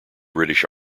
british